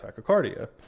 tachycardia